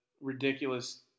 ridiculous